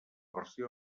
versió